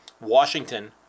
Washington